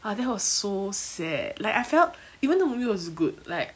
!wah! that was so sad like I felt even though the movie was good like